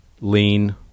lean